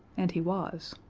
and he was.